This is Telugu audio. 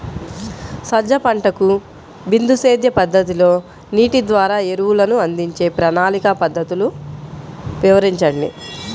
సజ్జ పంటకు బిందు సేద్య పద్ధతిలో నీటి ద్వారా ఎరువులను అందించే ప్రణాళిక పద్ధతులు వివరించండి?